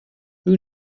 who